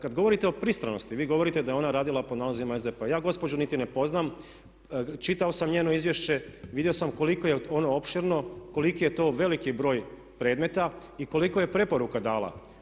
Kada govorite o pristranosti, vi govorite da je ona radila po nalozima SDP-a, ja gospođu niti ne poznajem, čitao sam njeno izvješće, vidio sam koliko je ono opširno, koliki je to veliki broj predmeta i koliko je preporuka dala.